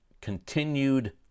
continued